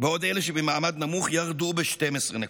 שבמעמד נמוך ירדו ב-12 נקודות.